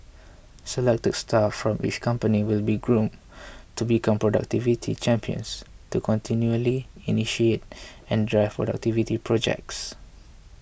selected staff from each company will be groomed to become productivity champions to continually initiate and drive productivity projects